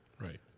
Right